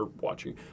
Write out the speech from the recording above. watching